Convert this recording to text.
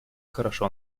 хорошо